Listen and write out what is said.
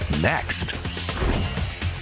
next